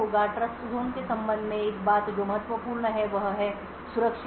TrustZone के संबंध में एक बात जो महत्वपूर्ण है वह है सुरक्षित बूट